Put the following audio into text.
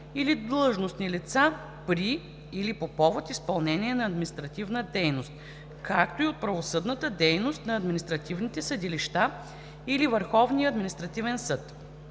или длъжностни лица при или по повод изпълнение на административна дейност, както и от правосъдната дейност на административните съдилища или Върховния административен съд.